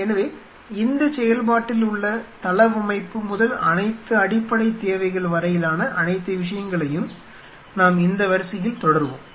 எனவே இந்தச் செயல்பாட்டில் உள்ள தளவமைப்பு முதல் அனைத்து அடிப்படைத் தேவைகள் வரையிலான அனைத்து விஷயங்களையும் நாம் இந்த வரிசையில் தொடர்வோம்